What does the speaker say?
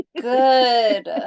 good